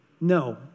no